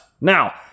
Now